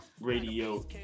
Radio